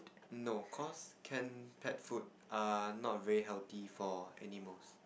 no cause can pet food are not very healthy for animals